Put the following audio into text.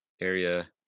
area